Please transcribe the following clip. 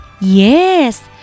Yes